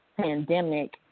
pandemic